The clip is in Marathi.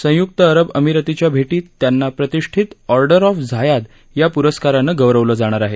संयुक्त अरब अमिरातीच्या भेटीत त्यांना प्रतिष्ठीत ऑर्डर ऑफ झायाद या पुरस्कारांनं गौरविलं जाणार आहे